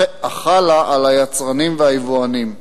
החלה על היצרנים והיבואנים.